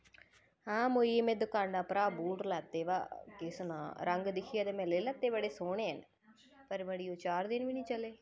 हा मोऐ में दकाना परा बूट लैते बा केह् सनां रंग दिक्खियै ते में लेई लैते बड़े सोह्ने न पर मड़ी ओह् चार दिन बी नी चले